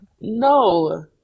No